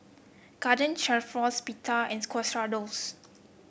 Garden Stroganoff Pita and Quesadillas